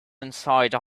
inside